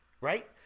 Right